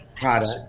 product